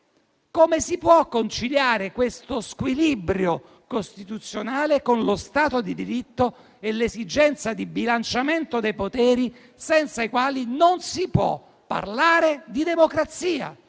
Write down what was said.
Come si può conciliare questo squilibrio costituzionale con lo Stato di diritto e l'esigenza di bilanciamento dei poteri, senza i quali non si può parlare di democrazia?